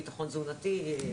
ביטחון תזונתי.